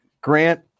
Grant